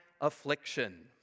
affliction